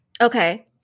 Okay